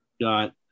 got